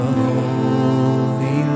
holy